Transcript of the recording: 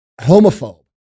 homophobe